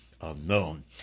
unknown